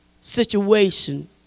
situation